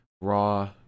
Raw